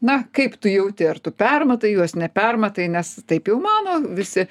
na kaip tu jauti ar tu permatai juos nepermatai nes taip jau mano visi